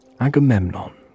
Agamemnon